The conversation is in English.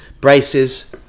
Braces